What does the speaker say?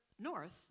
north